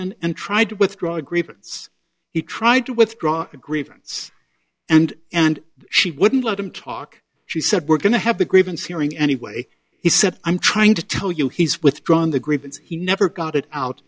in and tried to withdraw a grievance he tried to withdraw the grievance and and she wouldn't let him talk she said we're going to have the grievance hearing anyway he said i'm trying to tell you he's withdrawn the grievance he never got it out